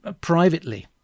privately